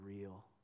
real